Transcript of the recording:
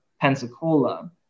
Pensacola